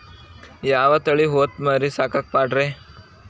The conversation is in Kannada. ಯಾವ ತಳಿ ಹೊತಮರಿ ಸಾಕಾಕ ಪಾಡ್ರೇ?